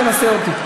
תנסה אותי.